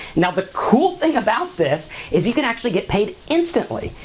now, the cool thing about this is you can actually get paid instantly,